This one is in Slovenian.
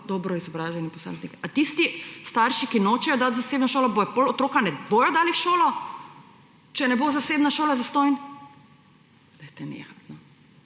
dobro izobraženi posamezniki. Ali tisti starši, ki nočejo dati v zasebno šolo, potem otroka ne bodo dali v šolo, če ne bo zasebna šola zastonj? Dajte nehati!